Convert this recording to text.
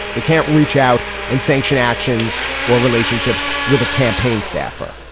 they can't reach out and sanction actions or relationships with a campaign staffer.